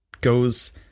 goes